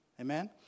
Amen